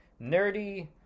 nerdy